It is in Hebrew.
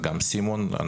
וגם סימון,